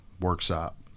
workshop